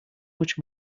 much